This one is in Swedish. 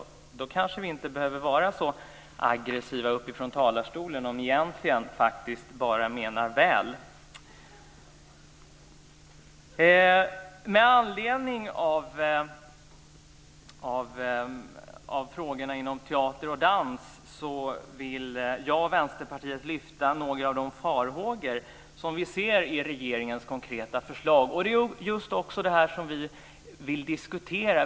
Vi kanske inte behöver vara så aggressiva från talarstolen om ni egentligen faktiskt bara menar väl. Med anledning av frågorna inom teater och dans vill jag och Vänsterpartiet lyfta fram några av de farhågor vi ser i regeringens konkreta förslag. Det är det här vi vill diskutera.